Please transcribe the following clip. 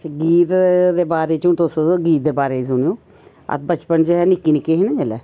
अच्छा गीत दे बारे च हन तुस गीत दे बारे च सुनेओ अस बचपन च निक्के निक्के हे ना जेल्लै